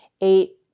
eight